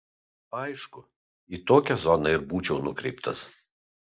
aišku į tokią zoną ir būčiau nukreiptas